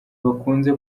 bakunze